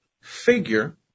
figure